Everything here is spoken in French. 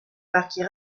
marquis